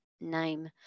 name